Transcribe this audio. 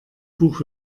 buch